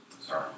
Sorry